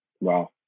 wow